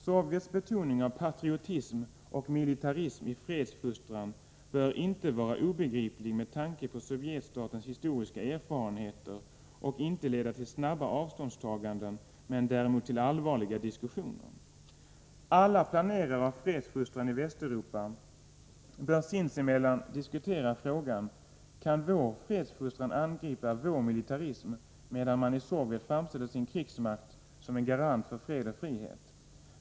Sovjets betoning av patriotism och militarism i fredsfostran bör inte vara obegriplig med tanke på Sovjetstatens historiska erfarenheter och inte leda till snabba avståndstaganden men däremot till allvarliga diskussioner. Alla planerare av fredsfostran i Västeuropa bör sins emellan diskutera frågan: Kan vår fredsfostran angripa vår militarism medan man i Sovjet framställer sin krigsmakt som en garant för fred och frihet?